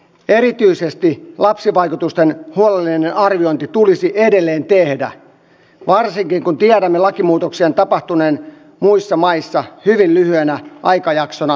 erityisesti lapsivaikutusten huolellinen arviointi tulisi edelleen tehdä varsinkin kun tiedämme lakimuutoksien tapahtuneen muissa maissa hyvin lyhyenä aikajaksona